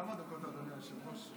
כמה דקות, אדוני היושב-ראש?